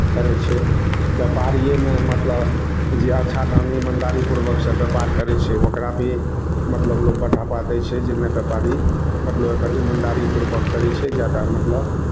करै छै व्यापारिएमे मतलब जे अच्छा ढङ्ग इमानदारी पूर्वकसँ व्यापार करै छै ओकरा भी मतलब लोक बढ़ावा दै छै जाहिमे व्यापारी मतलब एकर इमानदारी पूर्वक करै छै जादा मतलब